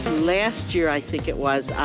last year i think it was.